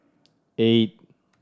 eight